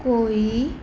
ਕੋਈ